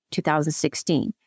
2016